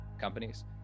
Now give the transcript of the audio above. companies